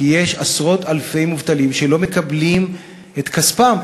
כי יש עשרות אלפי מובטלים שלא מקבלים את כספם,